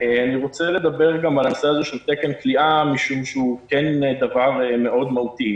אני רוצה לדבר על תקן הכליאה משום שהוא כן דבר מאוד מהותי.